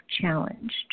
challenged